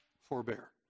forbear